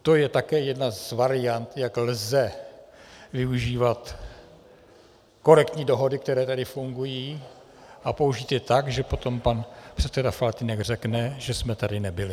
To je také jedna z variant, jak lze využívat korektní dohody, které tady fungují, a použít je tak, že potom pan předseda Faltýnek řekne, že jsme tady nebyli.